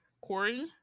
Corey